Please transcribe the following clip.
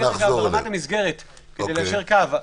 אני כרגע מדבר ברמת המסגרת כדי ליישר קו.